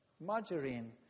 Margarine